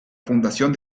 fundación